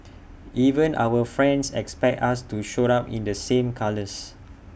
even our friends expect us to show up in the same colours